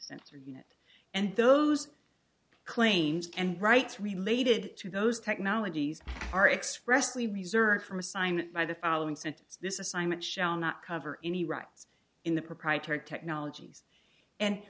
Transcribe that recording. sensor unit and those claims and rights related to those technologies are expressed we reserve from a sign by the following sentence this assignment shall not cover any rights in the proprietary technologies and